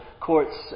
courts